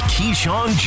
Keyshawn